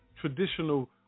traditional